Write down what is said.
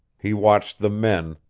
he watched the men,